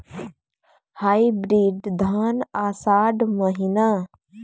Hybrid धान आषाढ़ महीना?